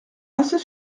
assez